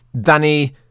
Danny